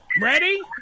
Ready